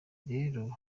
rero